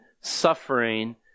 suffering